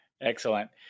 Excellent